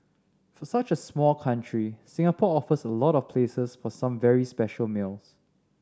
for such a small country Singapore offers a lot of places for some very special meals